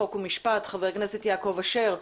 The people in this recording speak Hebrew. חוק ומשפט חבר הכנסת יעקב אשר.